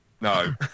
No